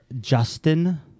justin